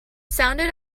sounded